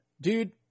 Dude